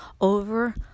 over